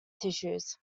tissues